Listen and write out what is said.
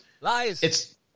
Lies